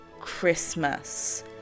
christmas